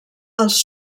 els